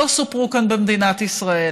לא סופרו כאן במדינת ישראל.